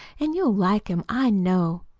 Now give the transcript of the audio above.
an' you'll like him, i know.